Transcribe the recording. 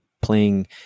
playing